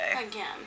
Again